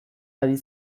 ari